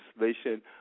legislation